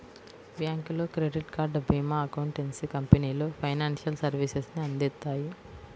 బ్యాంకులు, credit card, భీమా, accountancy కంపెనీలు ఫైనాన్షియల్ సర్వీసెస్ ని అందిత్తాయి